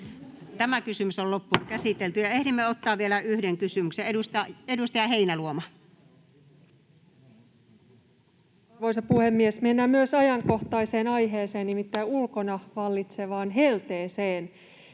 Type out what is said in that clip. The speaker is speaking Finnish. ilman naisten Superpesistä? Ehdimme ottaa vielä yhden kysymyksen. — Edustaja Heinäluoma. Arvoisa puhemies! Mennään myös ajankohtaiseen aiheeseen, nimittäin ulkona vallitsevaan helteeseen: